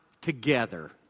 together